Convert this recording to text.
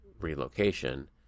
relocation